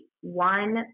one